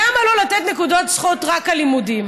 למה לא לתת נקודות זכות רק על לימודים?